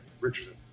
Richardson